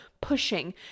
pushing